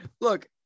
Look